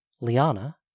Liana